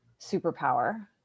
superpower